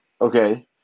Okay